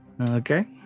Okay